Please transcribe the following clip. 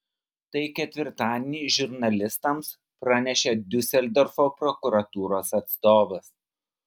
tai ketvirtadienį žurnalistams pranešė diuseldorfo prokuratūros atstovas